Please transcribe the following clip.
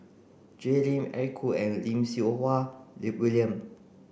Jay Lim Eric Khoo and Lim Siew Wai William